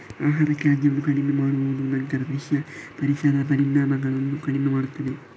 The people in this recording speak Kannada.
ಆಹಾರ ತ್ಯಾಜ್ಯವನ್ನು ಕಡಿಮೆ ಮಾಡುವುದು ನಂತರ ಕೃಷಿಯ ಪರಿಸರದ ಪರಿಣಾಮಗಳನ್ನು ಕಡಿಮೆ ಮಾಡುತ್ತದೆ